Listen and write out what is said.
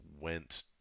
went